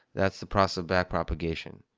that's the process of back propagating,